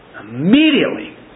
Immediately